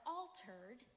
altered